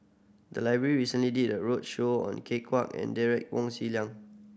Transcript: the library recently did a roadshow on Ken Kwek and Derek Wong Zi Liang